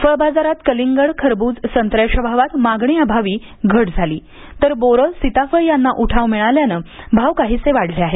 फळबाजारात कलिंगड खरब्रज संत्र्याच्या भावात मागणी अभावी घट झाली तर बोरं सिताफळ यांना उठाव मिळाल्यानं भाव काहीसे वाढले आहेत